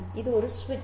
இது ஒரு சுவிட்ச்